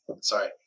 Sorry